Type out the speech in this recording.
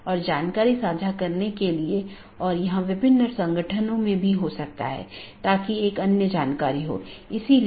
यह मूल रूप से ऑटॉनमस सिस्टमों के बीच सूचनाओं के आदान प्रदान की लूप मुक्त पद्धति प्रदान करने के लिए विकसित किया गया है इसलिए इसमें कोई भी लूप नहीं होना चाहिए